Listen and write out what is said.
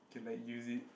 can like use it